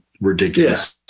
ridiculous